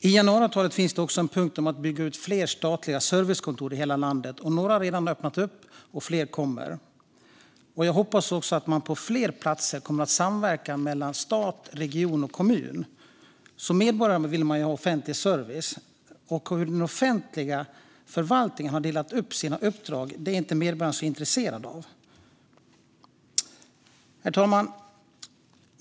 I januariavtalet finns också en punkt om att bygga ut fler statliga servicekontor i hela landet. Några har redan öppnat upp, och fler kommer. Jag hoppas att man på fler platser kommer att samverka mellan stat, region och kommun. Som medborgare vill man ha offentlig service, men hur den offentliga förvaltningen har delat upp sina uppdrag är medborgaren inte så intresserad av. Herr talman!